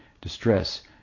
distress